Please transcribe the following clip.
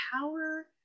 power